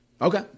Okay